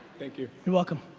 thank you. you're welcome.